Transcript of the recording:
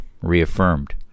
reaffirmed